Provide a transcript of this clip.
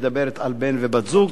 מדברת על בן ובת זוג.